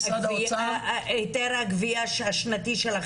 את גביית היתר השנתית שלכם,